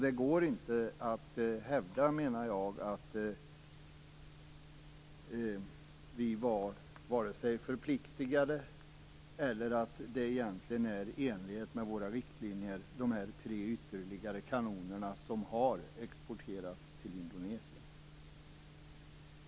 Det går inte att hävda, menar jag, vare sig att vi var förpliktade att säga ja till vidare leveranser eller att exporten av de tre ytterligare kanonerna till Indonesien är i enlighet med våra riktlinjer.